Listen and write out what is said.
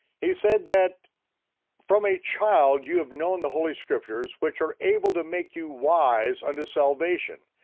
he said that from a child, you have known the holy scriptures, which are able to make you wise unto salvation,